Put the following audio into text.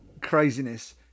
Craziness